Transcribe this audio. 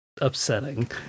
upsetting